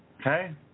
Okay